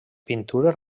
pintures